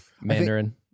Mandarin